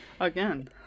Again